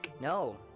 No